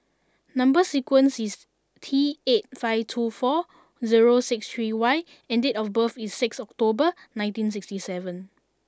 number sequence is T eight five two four zero six three Y and date of birth is six October nineteen sixty seven